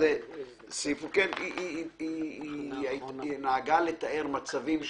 היא נהגה לתאר מצבים,